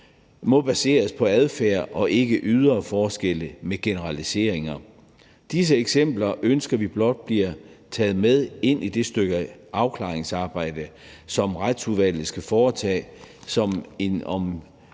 baseret på adfærd og ikke ydre forskelle og generaliseringer. Disse eksempel ønsker vi blot bliver taget med ind i den afklaring, som Retsudvalget skal foretage, for om